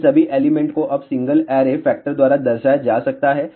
इन सभी एलिमेंट को अब सिंगल ऐरे फैक्टर द्वारा दर्शाया जा सकता है